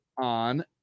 on